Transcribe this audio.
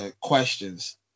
questions